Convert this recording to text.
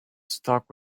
stuck